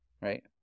right